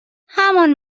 همان